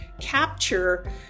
capture